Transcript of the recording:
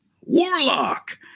warlock